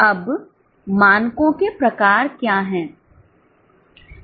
अब मानकों के प्रकार क्या हैं